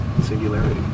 singularity